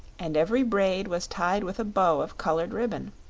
and every braid was tied with a bow of colored ribbon.